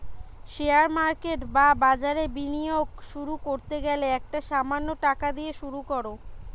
share market বা বাজারে বিনিয়োগ শুরু করতে গেলে একটা সামান্য টাকা দিয়ে শুরু করো